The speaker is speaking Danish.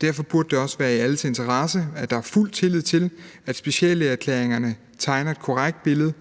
Derfor burde det også være i alles interesse, at der er fuld tillid til, at speciallægeerklæringerne tegner et korrekt billede.